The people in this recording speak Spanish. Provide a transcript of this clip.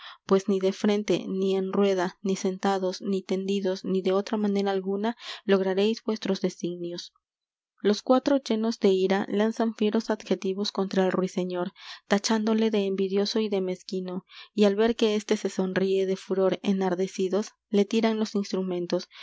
pues n i de frente ni en rueda ni sentados n i tendidos ni de otra manera alguna lograréis vuestros designios los cuatro llenos de ira lanzan fieros adjetivos contra el ruiseñor tachándole de envidioso y de mezquino y al ver que éste se sonríe de furor enardecidos le tiran los instrumentos